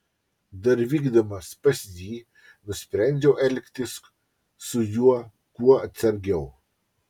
dar vykdamas pas jį nusprendžiau elgtis su juo kuo atsargiau